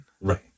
right